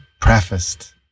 prefaced